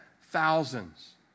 thousands